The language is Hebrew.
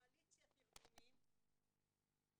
לקואליציית ארגונים למען